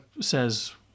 says